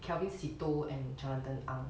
kelvin seetoh and jonathan ang